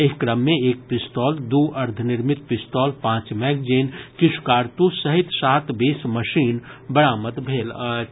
एहि क्रम मे एक पिस्तौल दू अर्द्व निर्मित पिस्तौल पांच मैगजीन किछु कारतूस सहित सात बेस मशीन बरामद भेल अछि